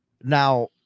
Now